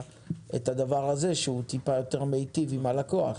הדבר הזה שהוא טיפה יותר מיטיב עם הלקוח.